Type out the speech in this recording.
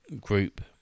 group